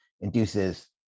induces